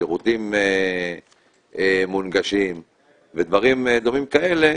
שירותים מונגשים ודברים דומים כאלה,